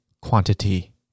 quantity